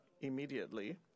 immediately